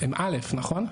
הם א' נכון?